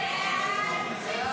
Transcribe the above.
סעיף